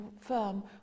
firm